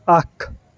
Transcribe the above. اکھ